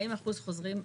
40% חוזרים.